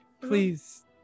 please